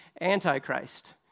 Antichrist